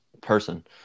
person